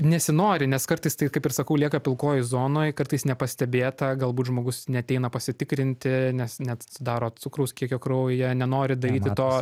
nesinori nes kartais tai kaip ir sakau lieka pilkojoj zonoj kartais nepastebėta galbūt žmogus neateina pasitikrinti nes nesidaro cukraus kiekio kraujyje nenori daryti to